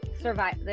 survive